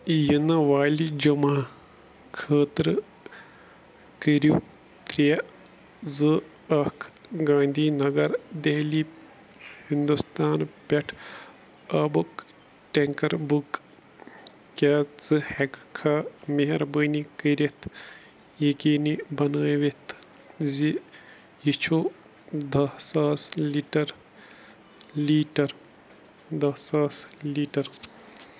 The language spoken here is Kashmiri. یِنہٕ والہِ جمعہ خٲطرٕ کٔرِو ترٛےٚ زٕ اکھ گاندھی نگر دہلی ہِنٛدوستان پٮ۪ٹھ آبُک ٹٮ۪نٛکر بُک کیٛاہ ژٕ ہٮ۪ککھا مہربٲنی کٔرِتھ یقیٖنی بنٲوِتھ زِ یہِ چھُ دہ ساس لیٖٹر لیٖٹر دہ ساس لیٖٹر